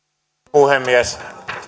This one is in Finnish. puhemies